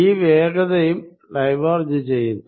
ഈ വേഗതയും ഡൈവേർജ് ചെയ്യുന്നു